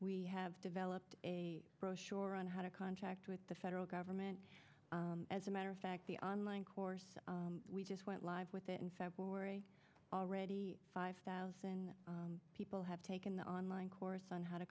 we have developed a brochure on how to contract with the federal government as a matter of fact the online course we just went live with it in february already five thousand people have taken on line course on how to